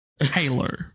Halo